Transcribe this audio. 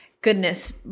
goodness